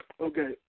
Okay